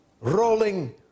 rolling